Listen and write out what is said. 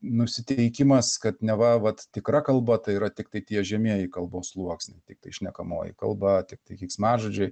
nusiteikimas kad neva vat tikra kalba tai yra tiktai tie žemieji kalbos sluoksniai tiktai šnekamoji kalba tiktai keiksmažodžiai